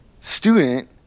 student